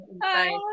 Bye